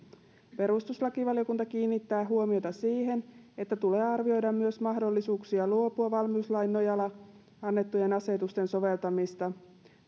perustuslakivaliokunta kiinnittää huomiota siihen että tulee arvioida myös mahdollisuuksia luopua valmiuslain nojalla annettujen asetusten soveltamisesta